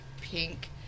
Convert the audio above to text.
pink